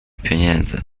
pieniędzy